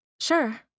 Sure